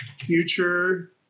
future